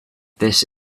this